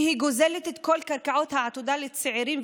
שהיא גוזלת את כל קרקעות העתודה לצעירות